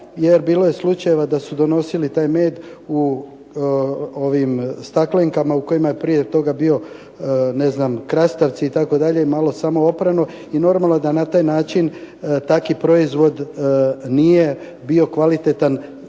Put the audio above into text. jer bilo je slučajeva da su donosili taj med u ovim staklenkama u kojima je prije toga bio ne znam krastavci itd., malo samo oprano i normalno da na taj način takvi proizvod nije bio kvalitetan